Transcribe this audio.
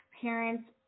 parents